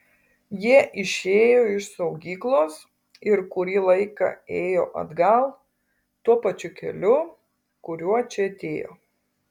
jie išėjo iš saugyklos ir kurį laiką ėjo atgal tuo pačiu keliu kuriuo čia atėjo